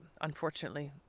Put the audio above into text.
unfortunately